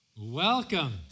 Welcome